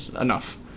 enough